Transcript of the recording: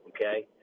Okay